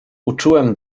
uczułem